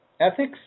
Ethics